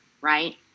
right